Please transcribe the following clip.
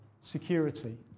security